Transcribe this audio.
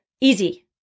Easy